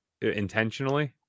intentionally